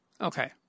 Okay